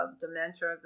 dementia